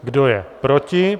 Kdo je proti?